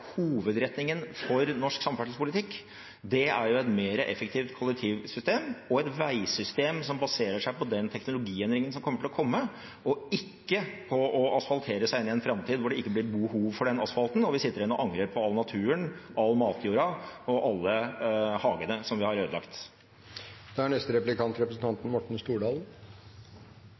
hovedretningen for norsk samferdselspolitikk, er et mer effektivt kollektivsystem og et veisystem som baserer seg på den teknologiendringen som kommer til å komme, og ikke på å asfaltere seg inn i en framtid hvor det ikke blir behov for den asfalten og vi sitter igjen og angrer på all naturen, all matjorden og alle hagene som vi har ødelagt. Det er